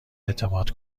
اعتماد